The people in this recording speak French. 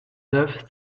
neuf